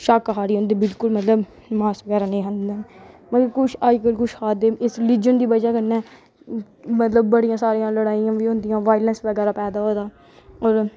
शाकाहारी होंदे मतलब मास बगैरा निं खंदे अज्जकल कुछ खा दे न इस रिलीज़न दी बजह कन्नै मतलब बड़ियां सारियां लड़ाइयां होई दियां मतलब न मतलब वॉयलेंस बगैरा होये दा ऐ